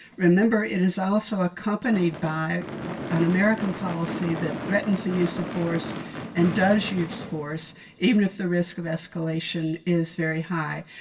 remember, it is also accompanied by an american policy that threatens the use of force and does use force even if the risk of escalation is very high.